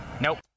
Nope